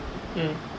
mm